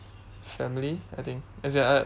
family I think as in I